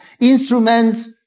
instruments